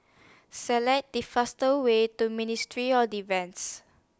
Select The fastest Way to Ministry of Defence